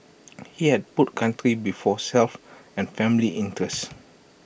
he had put country before self and family interest